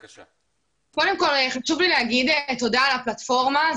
קודם כל חשוב לי להגיד תודה על הפלטפורמה.